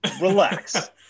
Relax